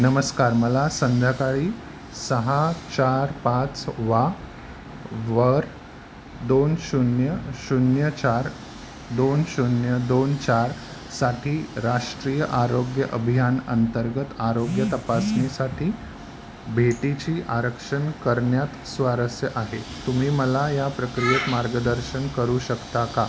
नमस्कार मला संध्याकाळी सहा चार पाच वा वर दोन शून्य शून्य चार दोन शून्य दोन चार साठी राष्ट्रीय आरोग्य अभियानाअंतर्गत आरोग्य तपासणीसाठी भेटीचे आरक्षण करण्यात स्वारस्य आहे तुम्ही मला या प्रक्रियेत मार्गदर्शन करू शकता का